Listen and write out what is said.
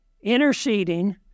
interceding